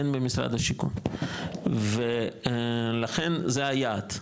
אין במשרד השיכון ולכן זה היעד,